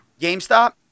GameStop